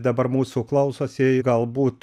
dabar mūsų klausosi galbūt